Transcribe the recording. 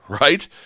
right